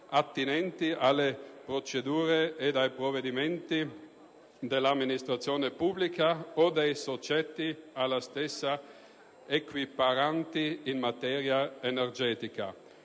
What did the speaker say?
attinenti alle procedure ed ai provvedimenti dell'amministrazione pubblica o dei soggetti alla stessa equiparati in materia energetica.